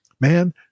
man